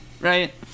Right